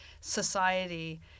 society